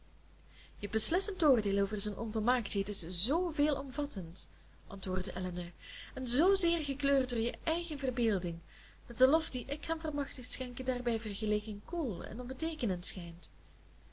je beslissend oordeel over zijn onvolmaaktheden is zoo veelomvattend antwoordde elinor en zoo zeer gekleurd door je eigen verbeelding dat de lof dien ik hem vermag te schenken daarbij vergeleken koel en onbeteekenend schijnt